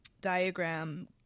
diagram